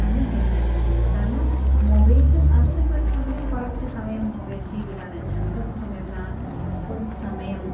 അങ്ങനെയല്ല വേണ്ടിയിത് കാരണം മൊബൈലും അതിനെയൊക്കെയൊരു സമയം കുറച്ചു സമയം മൊബൈൽ ടി വിക്കാണ് കുറച്ചു സമയം പ്രാർത്ഥന കുറച്ചു സമയം